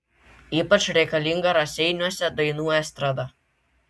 ypač reikalinga raseiniuose dainų estrada